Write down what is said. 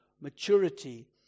maturity